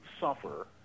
suffer